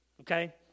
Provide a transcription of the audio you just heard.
Okay